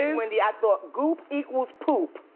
and wendy, i thought, goop equals poop!